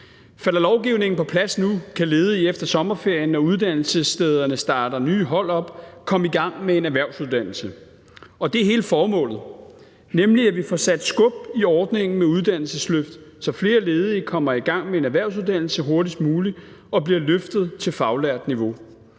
falder lovgivningen på plads nu, kan ledige efter sommerferien, når uddannelsesstederne starter nye hold op, komme i gang med en erhvervsuddannelse, og det er hele formålet, nemlig at vi får sat skub i ordningen med uddannelsesløft, så flere ledige kommer i gang med en erhvervsuddannelse hurtigst muligt og bliver løftet til faglært niveau.